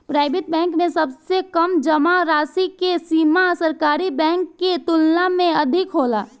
private bank में सबसे कम जामा राशि के सीमा सरकारी बैंक के तुलना में अधिक होला